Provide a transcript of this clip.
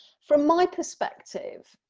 from my perspective,